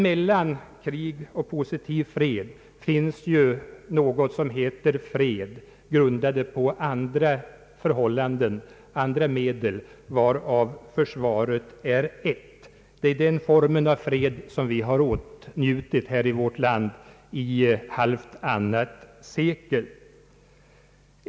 Mellan positiv fred. och krig finns någonting som heter fred, grundad på andra medel, varav 'försvaret är ett. Den formen av fred har vi åtnjutit i vårt land i halvtannat sekel.